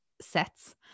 sets